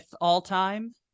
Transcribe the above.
all-time